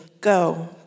Go